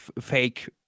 fake